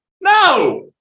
No